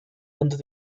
unter